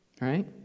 Right